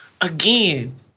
again